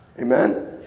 Amen